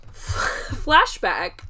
flashback